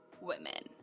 women